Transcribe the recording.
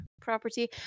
property